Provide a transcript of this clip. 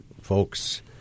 folks